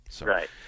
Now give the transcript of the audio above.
Right